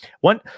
one